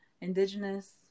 Indigenous